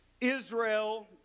Israel